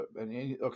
Okay